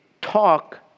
talk